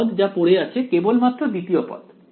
এই পদ যা পড়ে আছে কেবলমাত্র দ্বিতীয় পদ